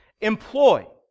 employ